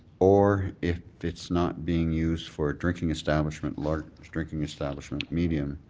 or if it's not being used for drinking establishment, large drinking establishment medium,